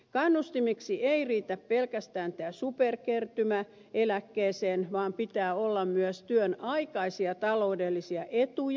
kannustimiksi ei riitä pelkästään tämä superkertymä eläkkeeseen vaan pitää olla myös työnaikaisia taloudellisia etuja